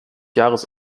jahres